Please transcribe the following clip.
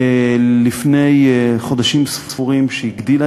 לפני חודשים ספורים קיבלנו החלטה שהגדילה